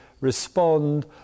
respond